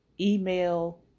email